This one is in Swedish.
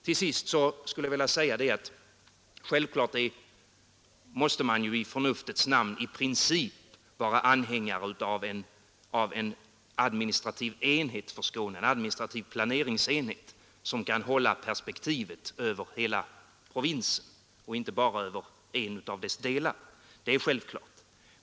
Till sist skulle jag vilja säga att självklart måste man ju i förnuftets namn i princip vara anhängare av en administrativ planeringsenhet för Skåne, som kan ha perspektivet över hela provinsen och inte bara över en av dess delar.